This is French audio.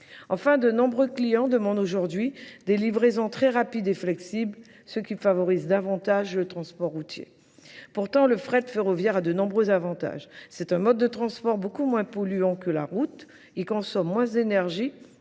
Enfin, de nombreux clients demandent aujourd'hui des livraisons très rapides et flexibles, ce qui favorise davantage le transport routier. Pourtant, le fret ferroviaire a de nombreux avantages. C'est un mode de transport beaucoup moins polluant que la route. Il consomme moins d'énergie